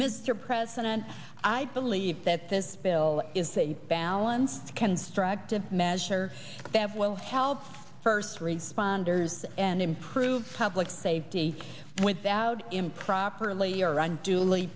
mr president i believe that this bill is a balanced constructive measure that will help first responders and improve public safety without improperly or un